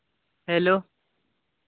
hello